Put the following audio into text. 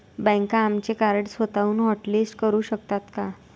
बँका आमचे कार्ड स्वतःहून हॉटलिस्ट करू शकतात का?